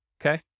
Okay